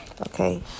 Okay